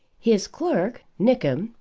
his clerk, nickem,